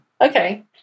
Okay